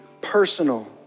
personal